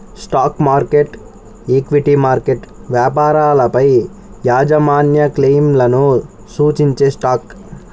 stock market, equity market వ్యాపారాలపైయాజమాన్యక్లెయిమ్లను సూచించేస్టాక్